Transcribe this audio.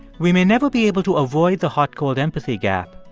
we may never be able to avoid the hot-cold empathy gap.